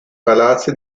palazzi